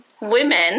women